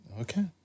Okay